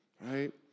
right